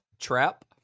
Trap